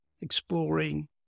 exploring